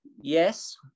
Yes